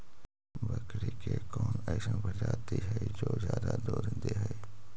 बकरी के कौन अइसन प्रजाति हई जो ज्यादा दूध दे हई?